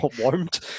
warmed